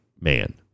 man